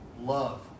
love